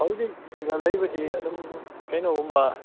ꯍꯧꯖꯤꯛ ꯁꯤꯗ ꯂꯩꯕꯁꯤ ꯑꯗꯨꯝ ꯀꯩꯅꯣꯒꯨꯝꯕ